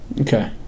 Okay